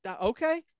Okay